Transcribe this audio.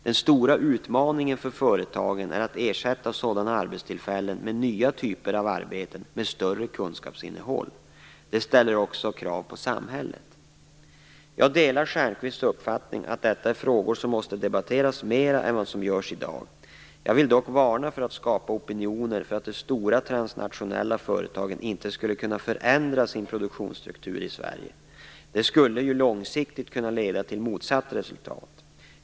Den stora utmaningen för företagen är att ersätta sådana arbetstillfällen med nya typer av arbeten med större kunskapsinnehåll. Det ställer också krav på samhället. Jag delar Lars Stjernkvists uppfattning att detta är frågor som måste debatteras mer än vad som görs i dag. Jag vill dock varna för att skapa opinioner för att de stora transnationella företagen inte skulle kunna förändra sin produktionsstruktur i Sverige. Det skulle långsiktigt kunna leda till motsatt resultat.